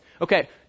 Okay